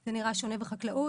זה נראה שונה בחקלאות,